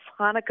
Hanukkah